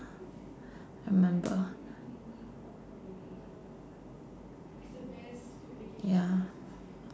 I remember ya